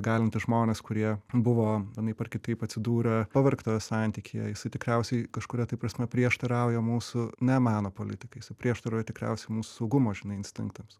įgalinti žmones kurie buvo vienaip ar kitaip atsidūrę pavergtojo santykyje jisai tikriausiai kažkuria prasme prieštarauja mūsų ne meno politikai jisai prieštarauja tikriausiai mūsų saugumo žinai instinktams